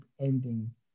ending